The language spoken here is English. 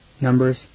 Numbers